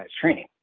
training